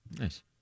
Nice